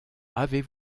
avez